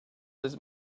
his